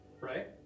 Right